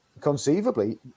conceivably